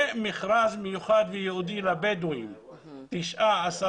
ומכרז מיוחד ייעודי לבדואים עם 10-9